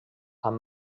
amb